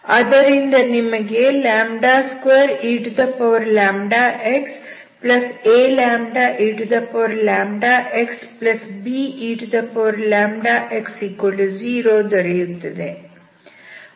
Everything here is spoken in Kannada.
ಅದರಿಂದ ನಿಮಗೆ 2eλxaλeλxbex0 ದೊರೆಯುತ್ತದೆ